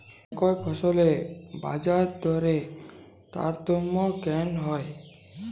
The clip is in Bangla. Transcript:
একই ফসলের বাজারদরে তারতম্য কেন হয়?